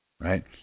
right